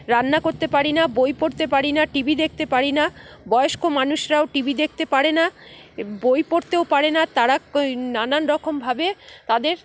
রান্না করতে পারি না বই পড়তে পারি না টিভি দেখতে পারি না বয়স্ক মানুষরাও টিভি দেখতে পারে না বই পড়তেও পারে না তারা নানান রকমভাবে তাদের